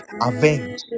avenge